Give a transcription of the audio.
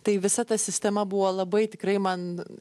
tai visa ta sistema buvo labai tikrai man